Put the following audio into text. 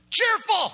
Cheerful